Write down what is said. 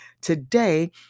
today